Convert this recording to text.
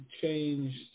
changed